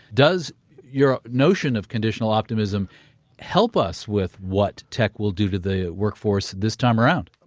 does your notion of conditional optimism help us with what tech will do to the workforce this time around?